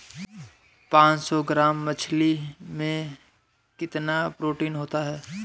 पांच सौ ग्राम मछली में कितना प्रोटीन होता है?